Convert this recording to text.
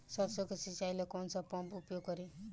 सरसो के सिंचाई ला कौन सा पंप उपयोग करी?